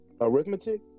Arithmetic